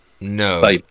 No